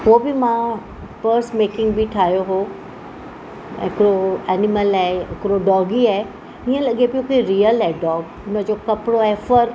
उहो बि मां पर्स मेकिंग बि ठाहियो उहो हिकिड़ो एनीमल ऐं हिकिड़ो डॉगी आहे हीअं लॻे पियो कि रीअल आहे डॉग उनजो कपिड़ो ऐं फर